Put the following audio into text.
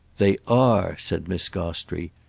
they are! said miss gostrey.